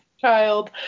child